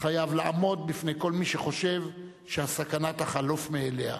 חייב לעמוד בפני כל מי שחושב שהסכנה תחלוף מאליה.